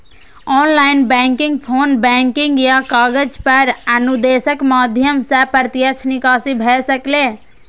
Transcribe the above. online banking, phone banking या कागज पर अनुदेशक माध्यम सं प्रत्यक्ष निकासी भए सकैए